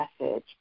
message